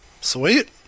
Sweet